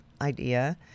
idea